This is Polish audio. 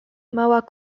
mała